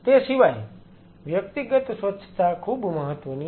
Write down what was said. તે સિવાય વ્યક્તિગત સ્વચ્છતા ખૂબ મહત્વની છે